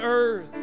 earth